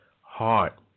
heart